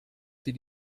sie